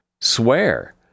Swear